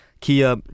Kia